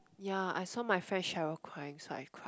ya I saw my friend Cheryl cry so I cried